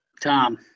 Tom